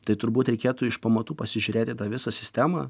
tai turbūt reikėtų iš pamatų pasižiūrėti tą visą sistemą